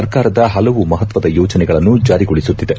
ಸರ್ಕಾರದ ಪಲವು ಮಪತ್ತದ ಯೋಜನೆಗಳನ್ನು ಜಾರಿಗೊಳಸುತ್ತಿದೆ